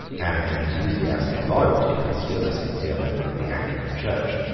an enthusiast in loyalty, but still a sincere member of the anglican church,